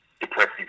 depressive